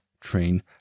train